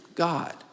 God